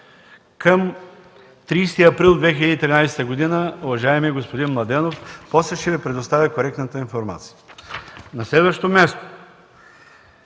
Към 30 април 2013 г., уважаеми господин Младенов. После ще Ви предоставя коректната информация. На следващо място,